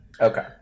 Okay